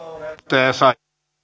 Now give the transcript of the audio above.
arvoisa